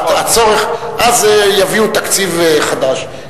אז יביאו תקציב חדש.